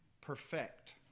perfect